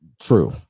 True